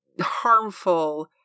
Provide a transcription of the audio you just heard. harmful